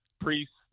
priests